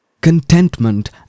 contentment